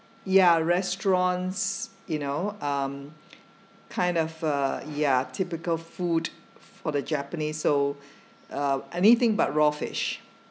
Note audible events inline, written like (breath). ya restaurants you know um (breath) kind of a ya typical food for the japanese so uh anything but raw fish